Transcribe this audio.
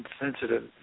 insensitive